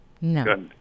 no